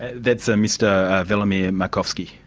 that's a mr velimir markovski?